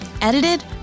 Edited